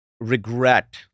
regret